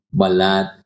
balat